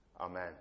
Amen